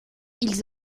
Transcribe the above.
ils